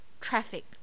traffic